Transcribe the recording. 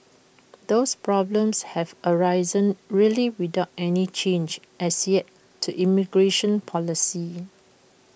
those problems have arisen really without any change as yet to migration policy